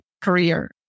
career